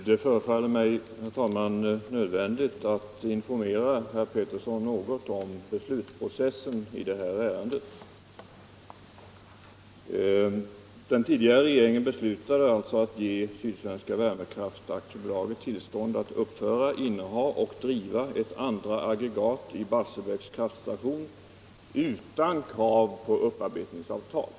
Det förefaller mig, herr talman, nödvändigt att informera herr Pettersson i Lund något om beslulsprocéssen i detta ärende. Den tidigare regeringen beslutade alltså att ge Sydsvenska Kraft AB tillstånd att uppföra, inneha och driva ett antal aggregat i Barscbäcks kraftstation uran krav på upparbetningsavtal.